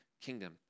kingdom